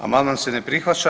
Amandman se ne prihvaća.